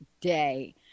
day